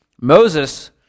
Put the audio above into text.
Moses